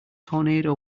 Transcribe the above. tornado